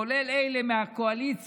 כולל אלה מהקואליציה,